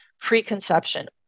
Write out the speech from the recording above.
preconception